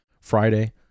Friday